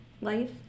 life